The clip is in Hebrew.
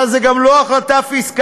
אבל זה גם לא החלטה פיסקלית.